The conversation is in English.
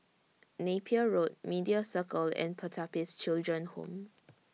Napier Road Media Circle and Pertapis Children Home